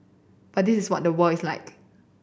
but this is what the world is like